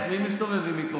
מי מסתובב עם מיקרופונים?